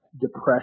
depression